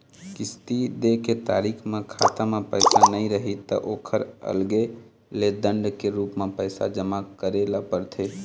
किस्त दे के तारीख म खाता म पइसा नइ रही त ओखर अलगे ले दंड के रूप म पइसा जमा करे ल परथे